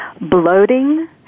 bloating